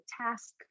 task